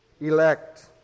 Elect